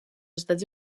estats